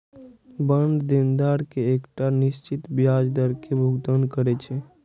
bond देनदार कें एकटा निश्चित ब्याज दर के भुगतान करै छै